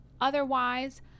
Otherwise